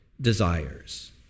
desires